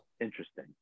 Interesting